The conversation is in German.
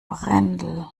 brendel